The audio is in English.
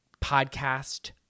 podcast